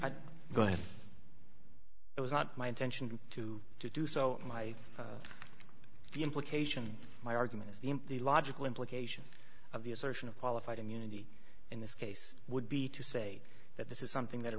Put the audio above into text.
but it was not my intention to to do so my the implication my argument is the the logical implication of the assertion of qualified immunity in this case would be to say that this is something that a